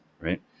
right